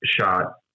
shot